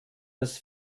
das